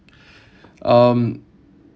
um